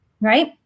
right